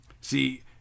See